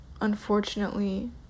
unfortunately